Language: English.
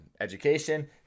education